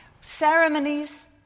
ceremonies